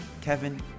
Kevin